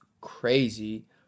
crazy